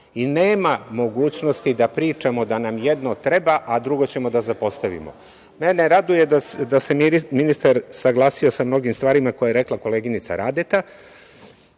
I, nema mogućnosti da pričamo da nam jedno treba, a drugo ćemo da zapostavimo. Mene raduje da se ministar saglasio sa mnogim stvarima koje je rekla koleginica Radeta,